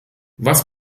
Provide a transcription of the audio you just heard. was